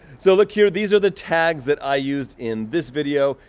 so look here, these are the tags that i used in this video.